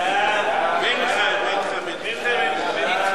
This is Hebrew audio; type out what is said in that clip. החלטת ועדת הכספים בדבר אישור תעריף המכס